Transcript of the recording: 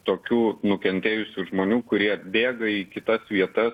tokių nukentėjusių žmonių kurie bėga į kitas vietas